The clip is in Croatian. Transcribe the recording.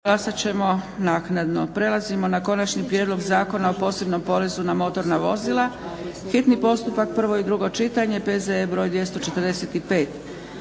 (SDP)** Konačni prijedlog zakona o posebnom porezu na motorna vozila, hitni postupak, prvo i drugo čitanje PZE br. 245.